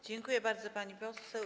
Dziękuję bardzo, pani poseł.